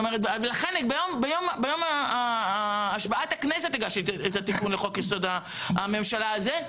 ולכן ביום השבעת הכנסת הגשתי את התיקון לחוק-יסוד: הממשלה הזה,